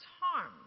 harm